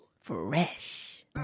fresh